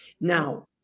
Now